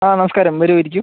ആ നമസ്കാരം വരൂ ഇരിക്കൂ